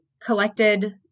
collected